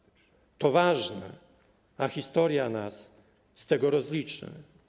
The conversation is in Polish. To ważne, a historia nas z tego rozliczy.